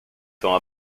temps